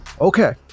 Okay